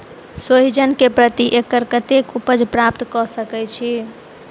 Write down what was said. सोहिजन केँ प्रति एकड़ कतेक उपज प्राप्त कऽ सकै छी?